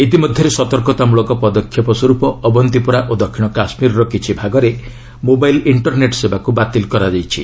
ଇତିମଧ୍ୟରେ ସତର୍କତାମଳକ ପଦକ୍ଷେପ ସ୍ୱର୍ପ ଅବନ୍ତିପୋରା ଓ ଦକ୍ଷିଣ କାଶ୍ମୀରର କିଛି ଭାଗରେ ମୋବାଇଲ୍ ଇଷ୍ଟରନେଟ୍ ସେବାକୁ ବାତିଲ୍ କରାଯାଇଛି